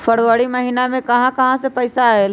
फरवरी महिना मे कहा कहा से पैसा आएल?